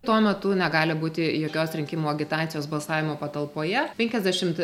tuo metu negali būti jokios rinkimų agitacijos balsavimo patalpoje penkiasdešimt